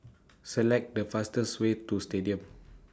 Select The fastest Way to Stadium